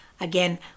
Again